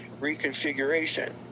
reconfiguration